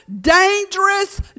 dangerous